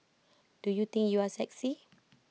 do you think you are sexy